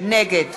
נגד